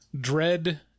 dread